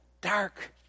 dark